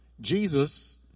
Jesus